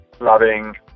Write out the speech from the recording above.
loving